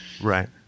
Right